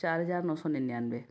चार हजार नौ सौ निन्यानबे